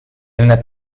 enne